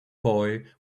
boy